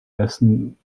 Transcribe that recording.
essen